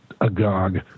agog